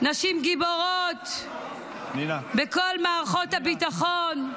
נשים גיבורות בכל מערכות הביטחון,